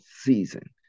season